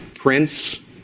Prince